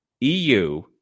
EU